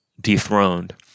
dethroned